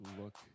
look